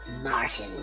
Martin